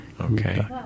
Okay